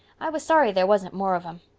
i was sorry there wasn't more of them.